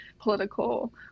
political